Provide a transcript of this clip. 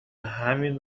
همین